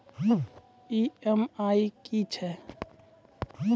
EMI की छिये?